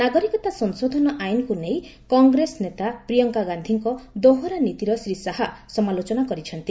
ନାଗରିକତା ସଂଶୋଧନ ଆଇନକୁ ନେଇ କଂଗ୍ରେସ ନେତା ପ୍ରିୟଙ୍କା ଗାନ୍ଧୀଙ୍କ ଦୋହରା ନୀତିର ଶ୍ରୀ ଶାହା ସମାଲୋଚନା କରିଛନ୍ତି